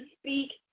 speak